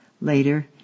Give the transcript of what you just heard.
Later